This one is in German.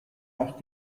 auch